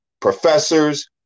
professors